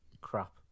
crap